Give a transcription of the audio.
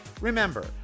Remember